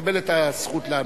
תקבל את הזכות לענות.